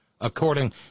according